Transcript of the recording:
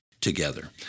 together